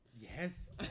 Yes